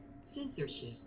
Censorship